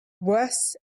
worse